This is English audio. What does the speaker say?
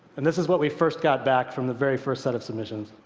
and this is what we first got back from the very first set of submissions.